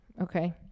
okay